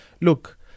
look